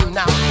now